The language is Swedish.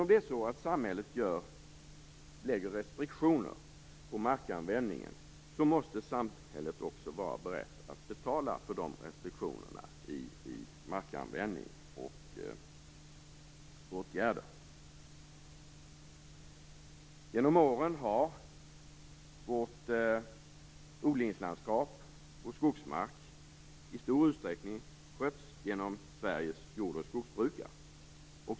Om samhället lägger fast restriktioner för markanvändningen måste samhället också vara berett att betala. Genom åren har vårt odlingslandskap och våra skogsmarker i stor utsträckning skötts av Sveriges jord och skogsbrukare.